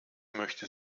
möchte